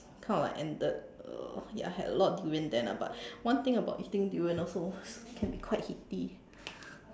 kind of like ended uh ya I had a lot of durian then ah but one thing about eating durian also it can be quite heaty